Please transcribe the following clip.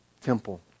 temple